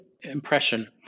impression